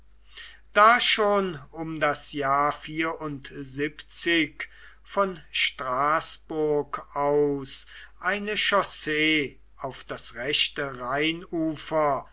da schon um das jahr von straßburg aus eine chaussee auf das rechte rheinufer